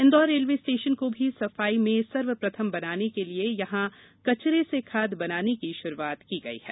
Indore railway station को भी सफाई में सर्वप्रथम बनाने के लिए यहाँ कचरे से खाद बनाने की शुरुआत की गई है